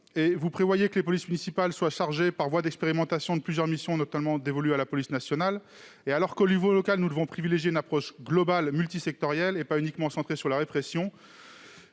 Vous prévoyez que les polices municipales soient chargées, par voie d'expérimentation, de plusieurs missions normalement dévolues à la police nationale. Alors qu'au niveau local nous devons privilégier une approche globale, multisectorielle et non uniquement centrée sur la répression,